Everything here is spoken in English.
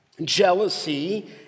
jealousy